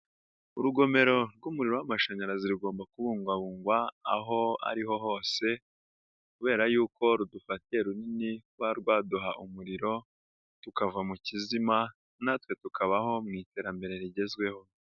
Urugomero rw'umuriro w'amashanyarazi rugomba kubugwabungwa aho ariho hose kubera yuko rudufateye runini, kuba rwaduha umuriro tukava mu kizima natwe tukabaho mu iterambere rigezweho.